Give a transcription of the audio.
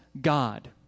God